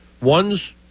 one's